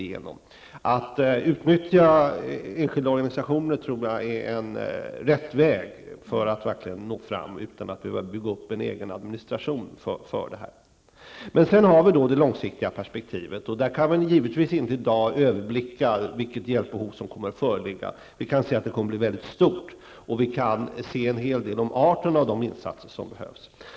Jag tror att det är rätt väg att utnyttja enskilda organisationer för att verkligen nå fram, utan att behöva bygga upp en egen administration för detta. När det gäller det långsiktiga perspektivet kan man givetvis inte överblicka i dag vilket hjälpbehov som kommer att föreligga. Det kommer att bli mycket stort och vi kan förutse en hel del om arten av de insatser som behövs.